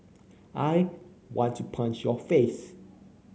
I want to punch your face